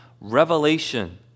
revelation